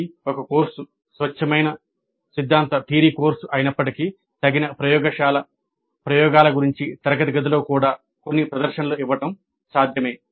కాబట్టి ఒక కోర్సు స్వచ్ఛమైన సిద్ధాంత కోర్సు అయినప్పటికీ తగిన ప్రయోగశాల ప్రయోగాల గురించి తరగతి గదిలో కూడా కొన్ని ప్రదర్శనలు ఇవ్వడం సాధ్యమే